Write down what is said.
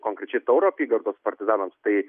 konkrečiai tauro apygardos partizanams tai